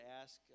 ask